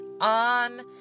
on